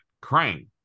Crane